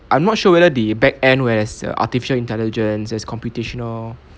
I'm not sure whether the back end whereas uh artificial intelligence there's computational